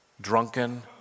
drunken